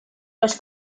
los